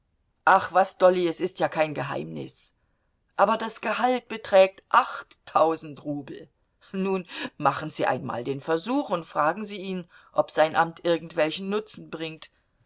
ach was dolly es ist ja kein geheimnis aber das gehalt beträgt achttausend rubel nun machen sie einmal den versuch und fragen sie ihn ob sein amt irgendwelchen nutzen bringt